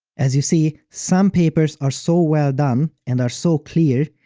as you see, some papers are so well done, and are so clear,